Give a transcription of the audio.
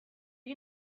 you